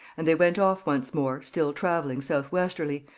and they went off once more, still travelling south-westerly,